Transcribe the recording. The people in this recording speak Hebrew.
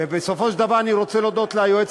ובסופו של דבר, אני רוצה להודות ליועץ